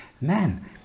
Man